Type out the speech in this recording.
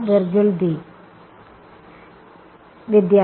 വിദ്യാർത്ഥി I A